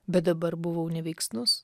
bet dabar buvau neveiksnus